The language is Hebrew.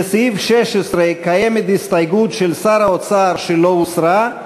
לסעיף 16 יש הסתייגות של שר האוצר שלא הוסרה.